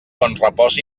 bonrepòs